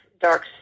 dark